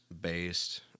based